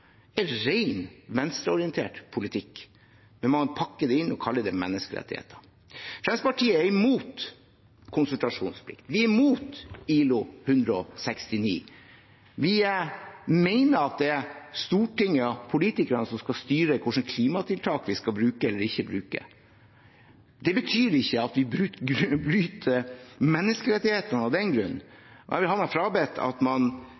er etter mitt skjønn, ren venstreorientert politikk. Man pakker det inn og kaller det menneskerettigheter. Fremskrittspartiet er imot konsultasjonsplikten. Vi er imot ILO-konvensjon nr. 169. Vi mener at det er Stortinget og politikerne som skal styre hvilke klimatiltak vi skal bruke eller ikke bruke. Det betyr ikke at vi av den grunn bryter menneskerettighetene. Jeg vil ha meg frabedt at man